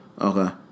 Okay